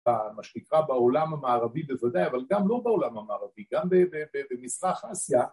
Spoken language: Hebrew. ‫במה שנקרא בעולם המערבי בוודאי, ‫אבל גם לא בעולם המערבי, ‫גם במזרח אסיה.